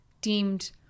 deemed